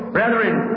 Brethren